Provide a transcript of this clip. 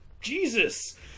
Jesus